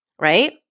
right